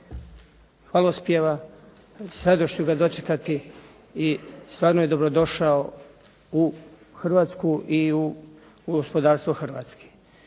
hvalospjeva, s radošću ga dočekati i stvarno je dobro došao u Hrvatsku i u gospodarstvo Hrvatske.